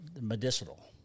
medicinal